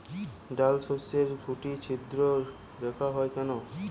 ডালশস্যর শুটি ছিদ্র রোগ হয় কেন?